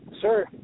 sir